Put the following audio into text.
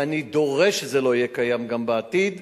אני דורש שזה לא יהיה קיים גם בעתיד,